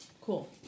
Cool